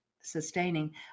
sustaining